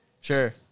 sure